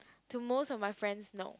to most of my friends no